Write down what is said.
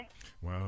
Wow